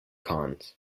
cons